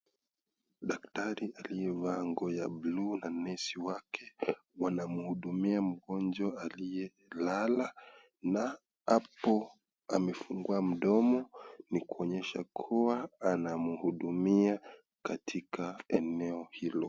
Daktari aliyevalia nguo ya buluu na nesi wake wanamhudumia mgonjwa aliyelala na hapo amefungua mdomo ni kuonyesha kuwa anakuhudumia katika eneo hilo.